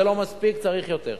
זה לא מספיק, צריך יותר.